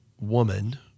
woman